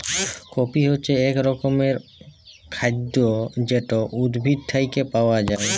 coffee হছে ইক রকমের খাইদ্য যেট উদ্ভিদ থ্যাইকে পাউয়া যায়